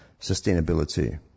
sustainability